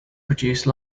produce